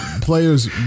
players